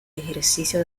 ejercicio